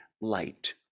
light